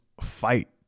fight